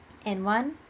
and one